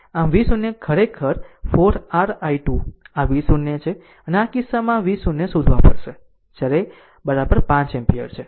આમ v0 ખરેખર 4 r i2 આ v0 છે અને આ કિસ્સામાં v0 શોધવા પડશે જ્યારે 5 એમ્પીયર છે